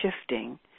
shifting